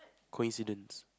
coincidence